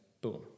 boom